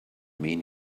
mean